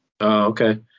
okay